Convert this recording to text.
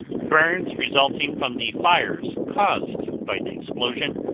burns resulting from the fires caused by the explosion.